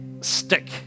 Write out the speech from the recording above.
stick